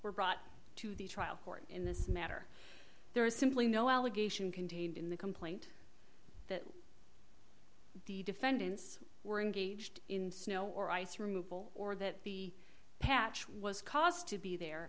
were brought to the trial court in this matter there is simply no allegation contained in the complaint that the defendants were engaged in snow or ice removal or that the patch was caused to be there